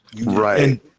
right